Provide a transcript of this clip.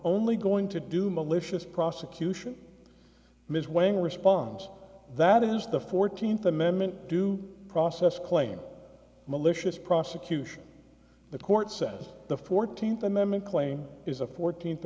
only going to do malicious prosecution ms wang responds that is the fourteenth amendment due process claim malicious prosecution the court says the fourteenth amendment claim is a fourteenth